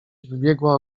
wybiegła